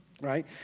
right